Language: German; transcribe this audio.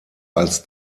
als